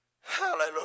Hallelujah